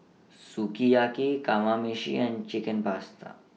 Sukiyaki Kamameshi and Chicken Pasta